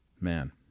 Man